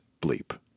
bleep